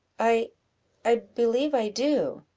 i i believe i do.